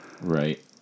right